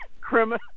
criminal